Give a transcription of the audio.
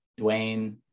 Dwayne